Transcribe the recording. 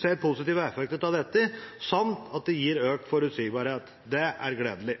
ser positive effekter av dette, samt at det gir økt forutsigbarhet. Det er gledelig.